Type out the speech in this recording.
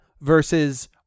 versus